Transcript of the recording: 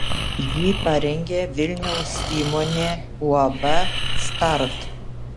jį parengė vilniaus įmonė uab start